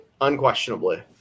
unquestionably